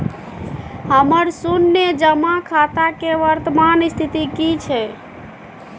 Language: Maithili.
हमर शुन्य जमा खाता के वर्तमान स्थिति की छै?